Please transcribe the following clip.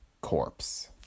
corpse